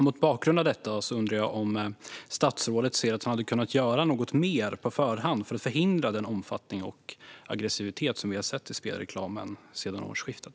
Mot bakgrund av detta undrar jag om statsrådet ser att man hade kunnat gör något mer på förhand för att förhindra den omfattning av och aggressivitet i spelreklamen som vi har sett sedan årsskiftet.